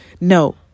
no